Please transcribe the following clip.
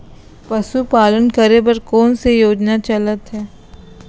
पशुपालन करे बर कोन से योजना चलत हे?